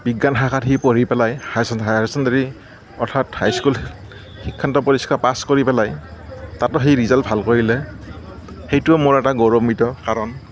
বিজ্ঞান শাখাত সি পঢ়ি পেলাই হায় হায়াৰ ছেকেণ্ডাৰী অৰ্থাৎ হাই স্কুল শিক্ষান্ত পৰীক্ষা পাছ কৰি পেলাই তাতো সি ৰিজাল্ট ভাল কৰিলে সেইটোও মোৰ এটা গৌৰৱান্বিত কাৰণ